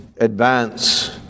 advance